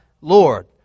Lord